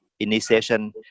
initiation